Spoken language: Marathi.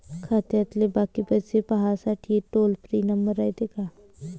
खात्यातले बाकी पैसे पाहासाठी टोल फ्री नंबर रायते का?